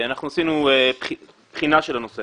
אנחנו עשינו בחינה של הנושא